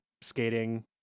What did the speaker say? skating